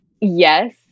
Yes